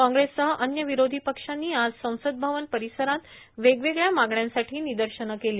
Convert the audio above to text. काँग्रेससह अन्य विरोधी पक्षांनी आज संसद भवन परिसरात वेगवेगळ्या मागण्यांसाठी निदर्शनं केली